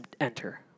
enter